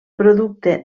producte